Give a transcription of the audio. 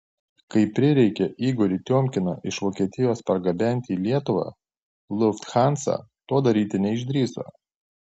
kai prireikė igorį tiomkiną iš vokietijos pargabenti į lietuvą lufthansa to daryti neišdrįso